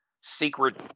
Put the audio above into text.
secret